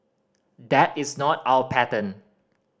that is not our pattern